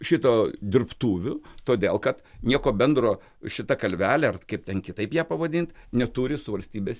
šito dirbtuvių todėl kad nieko bendro šita kalvelė ar kaip ten kitaip ją pavadint neturi su valstybės